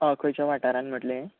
खंयच्या वाठारान म्हटलें यें